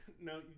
No